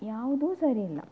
ಯಾವುದೂ ಸರಿ ಇಲ್ಲ